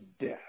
death